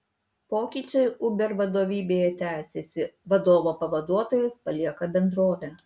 pokyčiai uber vadovybėje tęsiasi vadovo pavaduotojas palieka bendrovę